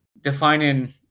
defining